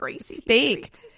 speak